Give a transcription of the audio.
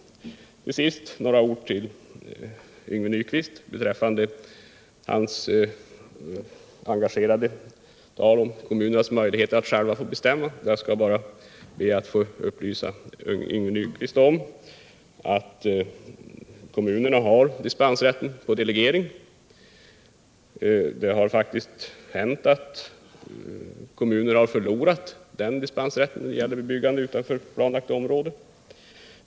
Till sist några ord till Yngve Nyquist beträffande hans engagerade tal om kommunernas möjligheter till självbestämmanderätt. Jag skall bara be att få upplysa Yngve Nyquist om att kommunerna har dispensrätten på delegering och att det faktiskt har hänt att kommuner har förlorat dispensrätten när det gällt byggande utanför planlagt område.